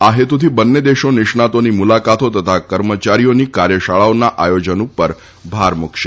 આ હેતુથી બંને દેશો નિષ્ણાતોની મુલાકાતો તથા કર્મચારીઓના કાર્યશાળાઓના આયોજન ઉપર પણ ભાર મૂકશે